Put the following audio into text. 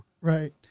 Right